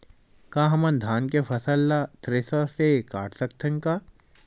का हमन धान के फसल ला थ्रेसर से काट सकथन का?